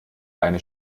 eine